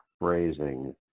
phrasing